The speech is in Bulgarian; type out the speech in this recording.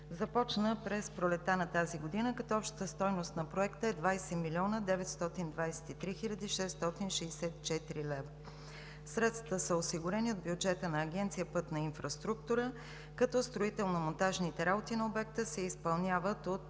започна през пролетта на тази година, като общата стойност на проекта е 20 млн. 923 хил. 664 лв. Средствата са осигурени от бюджета на Агенция „Пътна инфраструктура“, като строително-монтажните работи на обекта се изпълняват от